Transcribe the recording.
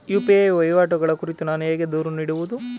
UPI ವಹಿವಾಟುಗಳ ಕುರಿತು ನಾನು ಹೇಗೆ ದೂರು ನೀಡುವುದು?